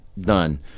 done